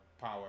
power